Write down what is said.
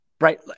right